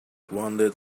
wounded